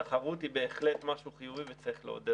תחרות היא בהחלט משהו חיובי וצריך לעודד אותה.